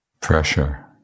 Pressure